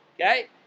Okay